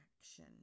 action